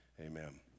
Amen